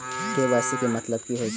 KYC के मतलब कि होई छै?